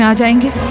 yeah jagat